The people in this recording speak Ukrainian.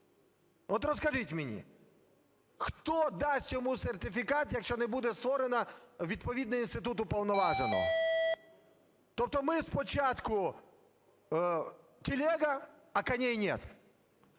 От розкажіть мені, хто дасть йому сертифікат, якщо не буде створений відповідний інститут уповноваженого. Тобто ми спочатку – телега, а коней нет.